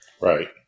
Right